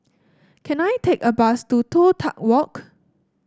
can I take a bus to Toh Tuck Walk